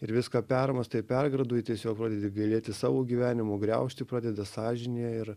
ir viską permąstai pergraduoji tiesiog pradedi gailėtis savo gyvenimo griaužti pradeda sąžinė ir